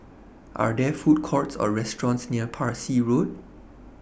Are There Food Courts Or restaurants near Parsi Road